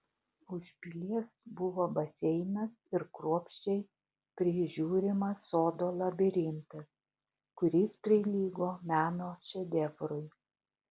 už pilies buvo baseinas ir kruopščiai prižiūrimas sodo labirintas kuris prilygo meno šedevrui